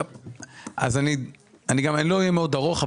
אני לא אהיה מאוד ארוך,